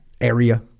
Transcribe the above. area